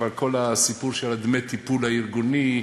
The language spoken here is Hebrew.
אבל כל הסיפור של דמי הטיפול הארגוני,